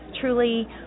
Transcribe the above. truly